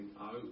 out